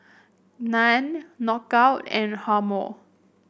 Nan Knockout and Hormel